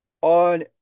on